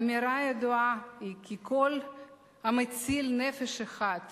האמירה הידועה כי "כל המציל נפש אחת